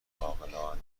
عاقلانهام